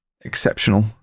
exceptional